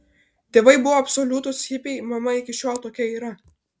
tėvai buvo absoliutūs hipiai mama iki šiol tokia yra